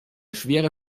schwere